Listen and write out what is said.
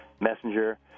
Messenger